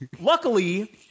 luckily